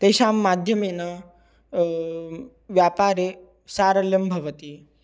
तेषां माध्यमेन व्यापारे सारल्यं भवति